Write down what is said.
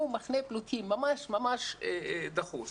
ממש דחוס.